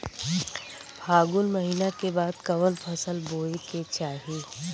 फागुन महीना के बाद कवन फसल बोए के चाही?